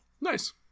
Nice